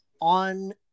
on